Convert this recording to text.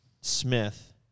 Smith